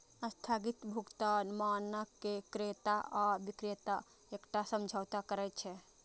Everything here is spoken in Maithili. स्थगित भुगतान मानक मे क्रेता आ बिक्रेता एकटा समझौता करै छै